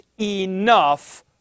enough